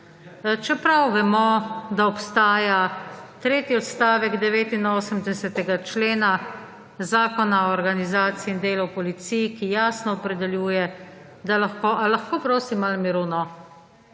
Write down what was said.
Čeprav vemo, da obstaja tretji odstavek 89. člena Zakona o organizaciji in delu v policiji, ki jasno opredeljuje, da lahko / nemir v dvorani/ − a lahko, prosim, malo miru,